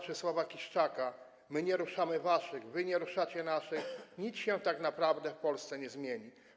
Czesława Kiszczaka: my nie ruszamy waszych, wy nie ruszacie naszych - nic się tak naprawdę w Polsce nie zmieni.